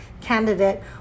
candidate